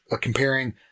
Comparing